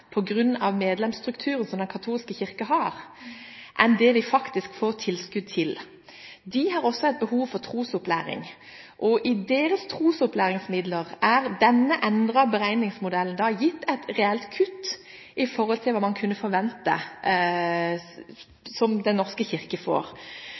det de faktisk får tilskudd til. De har også et behov for trosopplæring, og i deres trosopplæringsmidler er denne endrede beregningsmodellen gitt et reelt kutt i forhold til det man kunne forvente